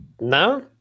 no